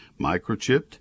microchipped